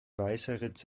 weißeritz